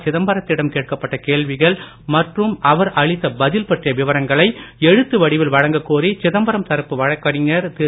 சிதம்பரத்திடம் கேட்கப்பட்ட கேள்விகள் மற்றும் அவர் அளித்த பதில் பற்றிய விவரங்களை எழுத்து வடிவில் வழங்க கோரி சிதம்பரம் தரப்பு வழக்கறிஞர் திரு